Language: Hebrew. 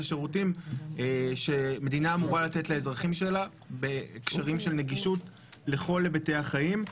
השירותים שמדינה אמורה לתת לאזרחים בהקשרים של נגישות לכל היבטי החיים.